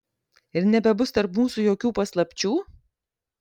ir nebebus tarp mūsų jokių paslapčių